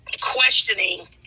questioning